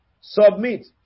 submit